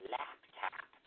laptop